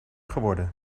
geworden